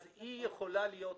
-- אז היא יכולה להיות חוקית,